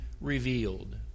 revealed